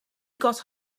got